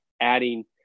adding